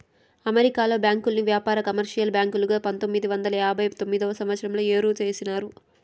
అమెరికాలో బ్యాంకుల్ని వ్యాపార, కమర్షియల్ బ్యాంకులుగా పంతొమ్మిది వందల తొంభై తొమ్మిదవ సంవచ్చరంలో ఏరు చేసినారు